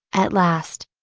at last.